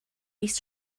mis